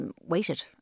waited